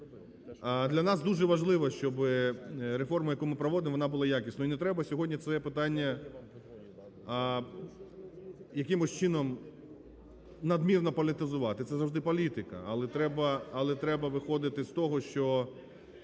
Для нас дує важливо, щоби реформа, яку ми проводимо, вона була якісною. І не треба сьогодні це питання якимось чином надмірно політизувати, це завжди політика. Але треба виходити з того, що